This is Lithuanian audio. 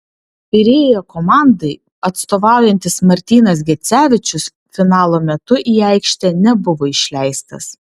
pirėjo komandai atstovaujantis martynas gecevičius finalo metu į aikštę nebuvo išleistas